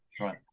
right